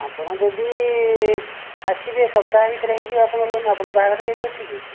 ଆପଣ ଯଦି ଆସିବେ ସପ୍ତାହ ଭିତରେ ହେଇଯିବ ଆପଣଙ୍କ ଲୋନ ଆପଣଙ୍କ ବାହାଘର କେବେ ଅଛି କି